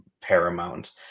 paramount